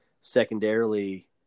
secondarily